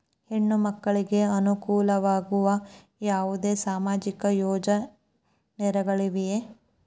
ಹೆಣ್ಣು ಮಕ್ಕಳಿಗೆ ಅನುಕೂಲವಾಗುವ ಯಾವುದೇ ಸಾಮಾಜಿಕ ಯೋಜನೆಗಳಿವೆಯೇ?